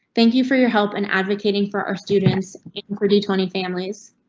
thank you for your help and advocating for our students including tony families.